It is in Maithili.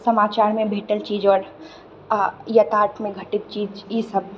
समाचारमऽ भेटल चीज आओर आ यथार्थमे घटित चीज ईसभ